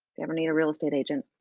ever need a real estate agent.